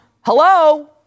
Hello